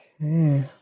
Okay